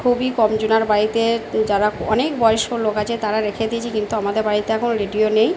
খুবই কম জনের বাড়িতে যারা অনেক বয়স্ক লোক আছে তারা রেখে দিয়েছে কিন্তু আমাদের বাড়িতে এখন রেডিও নেই